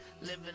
living